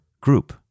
group